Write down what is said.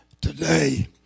today